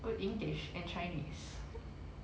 good english and chinese-